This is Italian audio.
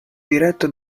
diretto